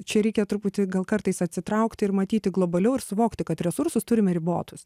čia reikia truputį gal kartais atsitraukti ir matyti globaliau ir suvokti kad resursus turime ribotus